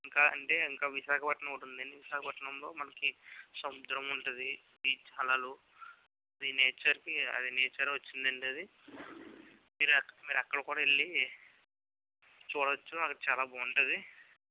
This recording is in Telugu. ఇంకా అంటే ఇంకా విశాఖపట్నం ఒకటి ఉందండి విశాఖపట్నంలో మనకి సముద్రం ఉంటుంది బీచ్ అలలు ఈ నేచర్కి అదే నేచర్ వచ్చిందండి అది మీరు అక్కడ కూడా వెళ్ళి చూడవచ్చు అది చాలా బాగుంటుంది